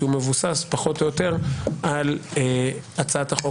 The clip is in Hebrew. כי הוא מבוסס פחות או יותר על הצעת החוק